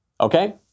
Okay